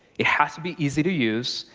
it has to be easy to use,